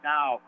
Now